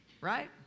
right